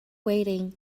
waiting